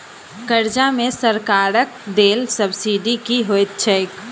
कर्जा मे सरकारक देल सब्सिडी की होइत छैक?